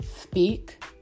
speak